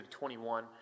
21